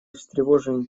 встревожены